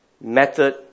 method